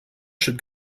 should